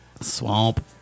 Swamp